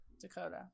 Dakota